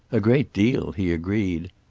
a great deal he agreed.